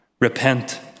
Repent